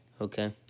Okay